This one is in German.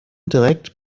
direkt